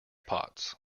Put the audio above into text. pots